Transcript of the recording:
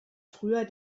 früher